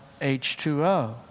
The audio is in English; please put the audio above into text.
H2O